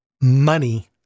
Money